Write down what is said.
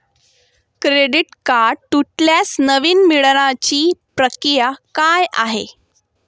Credit card तुटल्यास नवीन मिळवण्याची प्रक्रिया काय आहे?